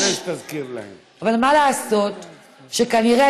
אבל מה לעשות שכנראה,